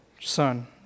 son